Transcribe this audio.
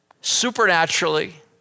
supernaturally